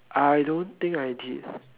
I don't think I did